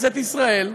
בכנסת ישראל.